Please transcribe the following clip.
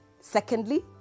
Secondly